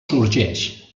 sorgeix